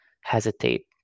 hesitate